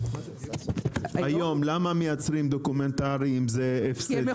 למה היום יוצרים דוקומנטרים זה הפסדי?